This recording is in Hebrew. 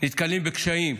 נתקלים בקשיים.